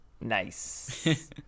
Nice